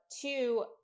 two